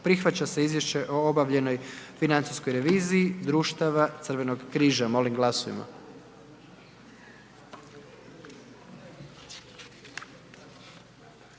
Prihvaća se Izvješće o obavljenoj financijskog reviziji Društava Crvenog križa. Molim glasujmo.